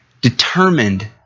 Determined